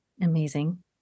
Amazing